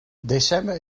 december